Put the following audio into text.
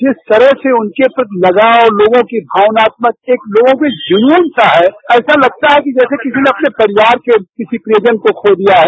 जिस तरह से उनके प्रति लगाव लोगों की भावनात्मक एक लोगों का जुनून सा है ऐसा लगता है कि जैसे किसी ने अपने परिवार के किसी प्रियजन को खो दिया है